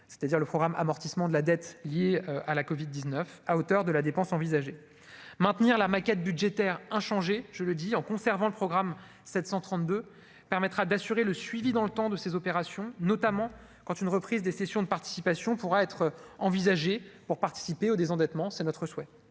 c'est-à-dire le programme amortissement de la dette liée à la Covid 19 à hauteur de la dépense envisagée : maintenir la maquette budgétaire inchangé, je le dis en conservant le programme 732 permettra d'assurer le suivi dans le temps de ces opérations, notamment quand une reprise des cessions de participations pourra être envisagée pour participer au désendettement, c'est notre souhait,